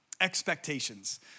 Expectations